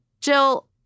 Jill